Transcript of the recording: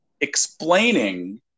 explaining